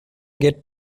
get